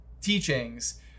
teachings